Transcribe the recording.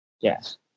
Yes